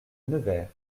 nevers